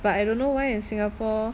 but I don't know why in singapore